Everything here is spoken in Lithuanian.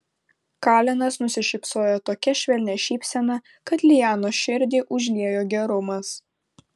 kalenas nusišypsojo tokia švelnia šypsena kad lianos širdį užliejo gerumas